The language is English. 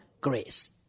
grace